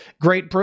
great